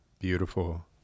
Beautiful